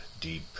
deep